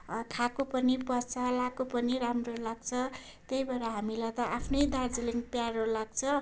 खाएको पनि पच्छ लगाएको पनि राम्रो लाग्छ त्यही भएर हामीलाई त आफ्नै दार्जिलिङ प्यारो लाग्छ